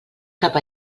cap